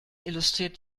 illustriert